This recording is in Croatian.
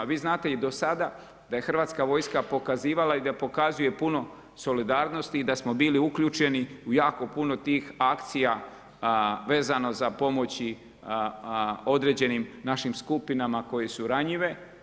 Vi znate i do sada da je Hrvatska vojska pokazivala i da pokazuje puno solidarnosti i da smo bili uključeni u jako puno tih akcija vezano za pomoći određenim našim skupinama koje su ranjive.